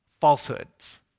falsehoods